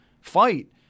fight